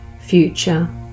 future